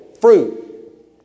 fruit